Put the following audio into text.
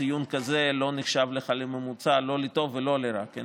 ציון כזה לא נחשב לך לממוצע לא לטוב ולא לרע, כן?